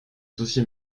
dossier